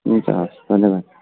हुन्छ हवस् धन्यवाद